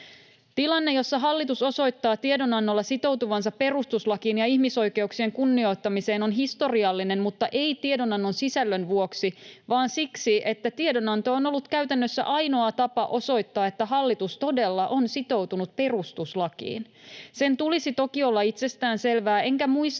Tilanne, jossa hallitus osoittaa tiedon-annolla sitoutuvansa perustuslakiin ja ihmisoikeuksien kunnioittamiseen, on historiallinen, mutta ei tiedonannon sisällön vuoksi vaan siksi, että tiedonanto on ollut käytännössä ainoa tapa osoittaa, että hallitus todella on sitoutunut perustuslakiin. Sen tulisi toki olla itsestään selvää, enkä muista,